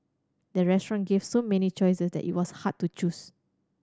the restaurant gave so many choices that it was hard to choose